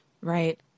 Right